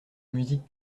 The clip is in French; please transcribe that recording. musique